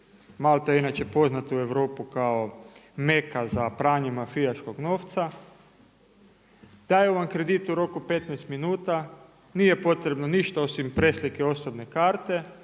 Malta je inače poznata u Europi kao meka za pranje mafijaškog novca. Daju vam kredit u roku 15 minuta. Nije potrebno ništa osim preslike osobne karte.